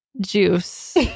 juice